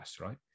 right